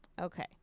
Okay